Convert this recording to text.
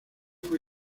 fue